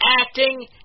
acting